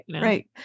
Right